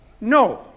No